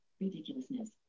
Ridiculousness